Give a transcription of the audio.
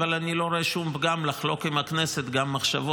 אבל אני לא רואה שום פגם לחלוק עם הכנסת גם מחשבות